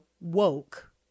woke